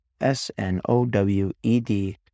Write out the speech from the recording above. S-N-O-W-E-D